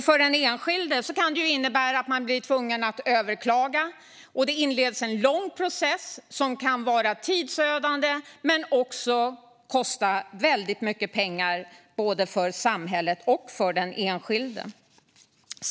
För den enskilde kan det innebära att man blir tvungen att överklaga och att det då inleds en lång process som kan vara tidsödande men också kosta väldigt mycket pengar, både för samhället och för den enskilde.